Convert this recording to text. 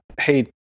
Hey